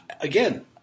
again